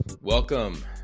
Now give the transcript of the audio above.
Welcome